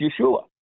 Yeshua